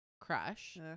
crush